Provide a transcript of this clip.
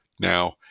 now